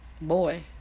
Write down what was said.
Boy